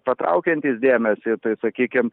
patraukiantys dėmesį tai sakykim